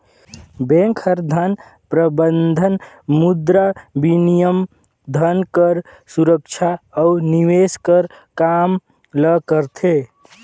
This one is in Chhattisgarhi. बेंक हर धन प्रबंधन, मुद्राबिनिमय, धन कर सुरक्छा अउ निवेस कर काम ल करथे